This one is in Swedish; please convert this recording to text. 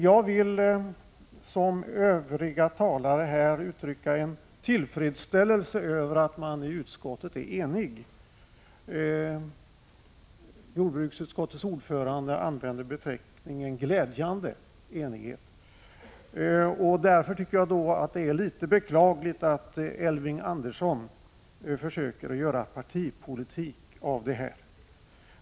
Jag vill liksom övriga talare här uttrycka en tillfredsställelse över att utskottet är enigt. Jordbruksutskottets ordförande använde uttrycket ”glädjande enighet”. Därför är det beklagligt att Elving Andersson försöker göra partipolitik av denna fråga.